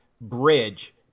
bridge